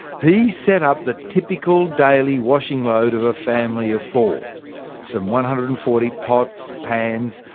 he set up the typical daily washing load of a family of four some one hundred and forty pots, pans,